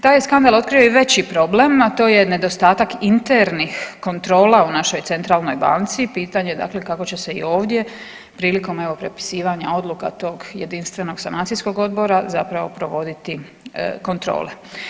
Taj skandal je otkrio i veći problem, a to je nedostatak internih kontrola u našoj centralnoj banci i pitanje je dakle kako će se i ovdje prilikom evo prepisivanja odluka tog Jedinstvenog sanacijskog odbora zapravo provoditi kontrole.